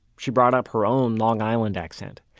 she brought up her own long island accent.